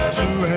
two